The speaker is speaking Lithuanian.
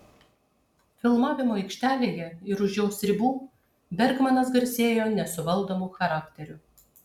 filmavimo aikštelėje ir už jos ribų bergmanas garsėjo nesuvaldomu charakteriu